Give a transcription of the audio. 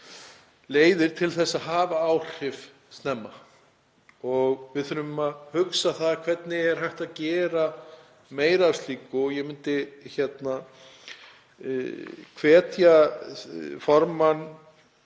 leiðir til þess að hafa áhrif snemma og við þurfum að hugsa það hvernig er hægt að gera meira af slíku. Ég myndi hvetja formann